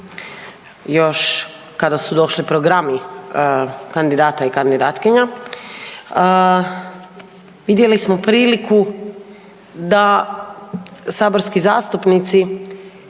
još kada su došli programi kandidata i kandidatkinja vidjeli smo priliku da saborski zastupnici,